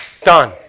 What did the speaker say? Done